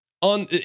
on